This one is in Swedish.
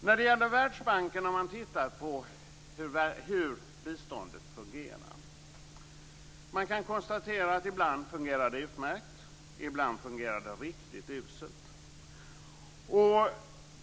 När det gäller Världsbanken har man tittat på hur biståndet fungerar. Man kan konstatera att det ibland fungerar utmärkt och ibland fungerar riktigt uselt.